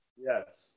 Yes